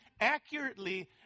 accurately